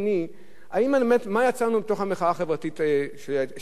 מה יצא לנו מהמחאה החברתית שהיתה בשנה שעברה,